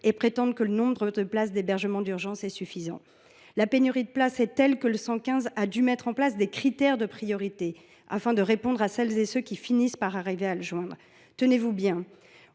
et prétendre que le nombre de places d’hébergement d’urgence est suffisant. La pénurie de places est telle que le 115 a dû mettre en place des critères de priorité permettant d’accorder un hébergement d’urgence à celles et ceux qui finissent par arriver à le joindre. Tenez vous bien